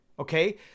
Okay